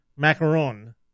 macaron